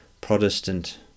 Protestant